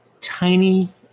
tiny